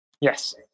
Yes